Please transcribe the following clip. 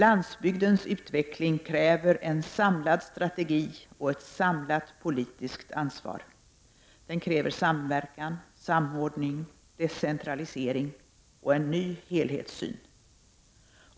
Landsbygdens utveckling kräver en samlad strategi och ett samlat politiskt ansvar. Den kräver samverkan, samordning, decentralisering och en ny helhetssyn.